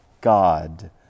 God